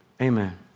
amen